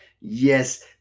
Yes